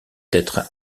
être